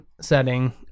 setting